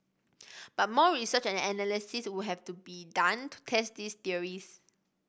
but more research and analysis would have to be done to test these theories